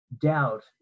doubt